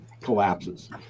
collapses